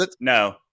No